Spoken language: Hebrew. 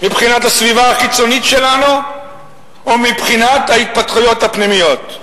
מבחינת הסביבה החיצונית שלנו ומבחינת ההתפתחויות הפנימיות.